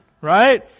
right